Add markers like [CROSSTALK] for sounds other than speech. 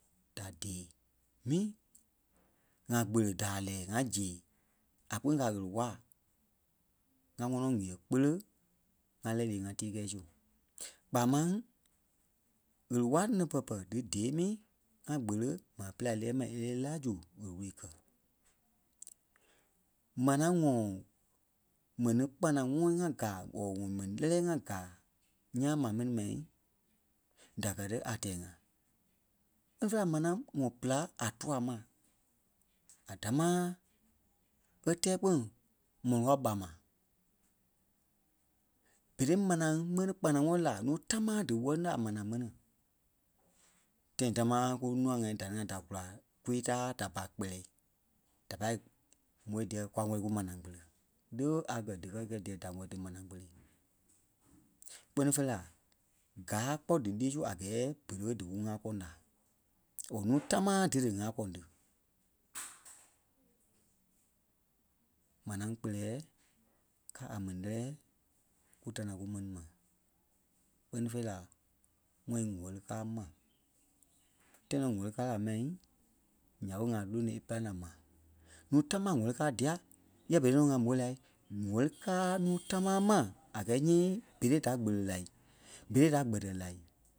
da dee mi ŋa kpele da a lɛɛ ŋa zee a kpîŋ káa a ɣele-waa ŋa ŋɔnɔ ɣi-ɣe kpele ŋa lɛɛ líi ŋá tii kɛɛ sui kpaa máŋ ɣele-wala ne pɛ-pɛ dí dee mi ŋa kpele maa pela e lɛɛ mai e lɛ́ɛ la zu ɣele-wulii e kɛ. Manaa ŋɔ mɛni kpanaŋɔɔ ŋɔ gaa or ŋɔ mɛni lɛlɛɛ ŋa gaa ńyãa maa mɛni mai da ka ti a tɛɛ-ŋa. Kpɛ́ni fêi la manaa ŋɔ péla a tua ma a damaa é tɛɛ kpîŋ m̀oloŋ kao ɓa ma. Berei manaa mɛnii kpanaŋɔɔ la núu tamaa dí wɛlini la manaa mɛni. Tãi tamaa kúnua ŋai da ni ŋa da kula kwii-ta da pa kpɛlɛɛ da pâi m̀ôi diyɛɛ kwa wɛ̀li dí manaa kpele. Le ɓé a gɛ̀ díkɛ kɛ́ díyɛɛ da wɛ̀li dí manaa kpele, kpɛ́ni fêi la gáa kpɔ́ dí lîi su a gɛɛ berei ɓé di kú ŋakɔɔŋ la or núu tamaa dí dí ŋakɔɔŋ tí. [NOISE] Manaa kpeleɛɛ káa a mɛni lɛlɛɛ kú da ní ŋai kumɛni ma kpɛ́ni fêi la ŋ́ɔi wɛli káa ma. Tãi nɔ́ wɛli kaa la mai nya ɓé ŋa lónoi é pîlaŋ la ma. Núu tamaa wɛli kaa dia yɛɛ berei nɔ ŋa môi la wɛli káa núu tamaa mai a gɛɛ nyii berei da kpele la, berei da gbɛtɛ la.